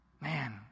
Man